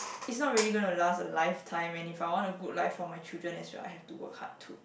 is not really going to last a lifetime and if I want a good life for my children as well I have to work hard too